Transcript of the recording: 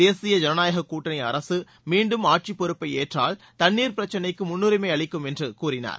தேசிய ஜனநாயகக் கூட்டணி அரசு மீண்டும் ஆட்சி பொறுப்பை ஏற்றால் தண்ணீர் பிரச்சினைக்கு முன்னுரிமை அளிக்கும் என்று அவர் கூறினார்